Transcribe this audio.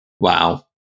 Wow